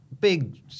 Big